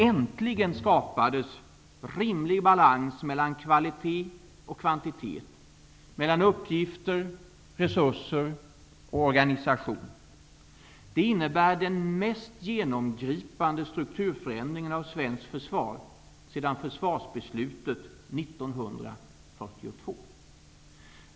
Äntligen skapades en rimlig balans mellan kvalitet och kvantitet, mellan uppgifter, resurser och organisation. Det innebär den mest genomgripande strukturförändringen av svenskt försvar sedan försvarsbeslutet 1942.